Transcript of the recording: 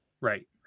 Right